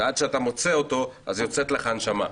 שעד שאתה מוצא אותו יוצאת לך הנשמה.